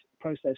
process